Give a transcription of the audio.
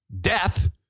death